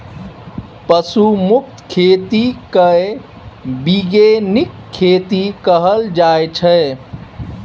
पशु मुक्त खेती केँ बीगेनिक खेती कहल जाइ छै